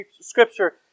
Scripture